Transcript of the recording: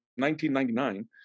1999